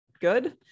good